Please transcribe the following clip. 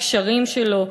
הקשרים שלו,